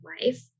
life